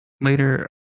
later